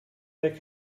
they